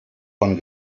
von